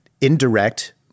indirect